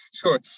Sure